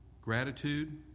gratitude